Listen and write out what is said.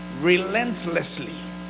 relentlessly